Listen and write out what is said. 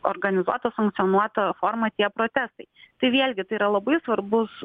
organizuota sankcionuota forma tie protestai tai vėlgi tai yra labai svarbus